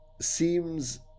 seems